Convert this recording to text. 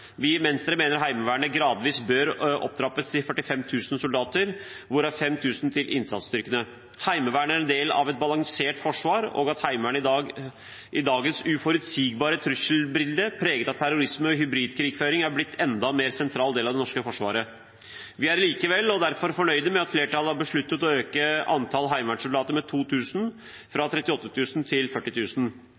Vi i Venstre mener Heimevernet gradvis bør opptrappes til 45 000 soldater, hvorav 5 000 til innsatsstyrkene. Heimevernet er en del av et balansert forsvar og er i dagens uforutsigbare trusselbilde – preget av terrorisme og hybridkrigføring – blitt en enda mer sentral del av Det norske forsvaret. Vi er derfor likevel fornøyd med at flertallet har besluttet å øke antallet heimevernsoldater med 2 000 – fra 38 000 til